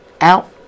out